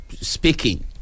speaking